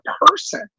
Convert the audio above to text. person